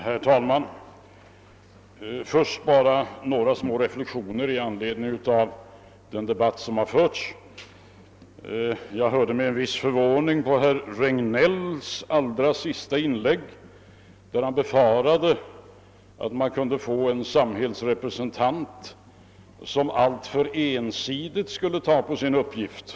Herr talman! Först bara några små reflexioner i anledning av den debatt som har förts! Jag hörde med en viss förvåning i det senaste inlägg herr Regnéll gjorde att han befarade att en samhällsrepresentant skulle fatta sin uppgift alltför ensidigt.